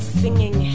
singing